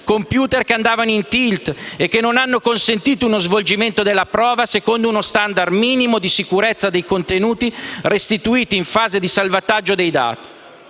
*Computer* che andavano in *tilt* e che non hanno consentito uno svolgimento della prova secondo uno standard minimo di sicurezza dei contenuti restituiti in fase di salvataggio dei dati.